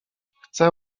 chce